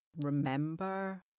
remember